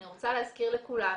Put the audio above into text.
אני רוצה להזכיר לכולנו,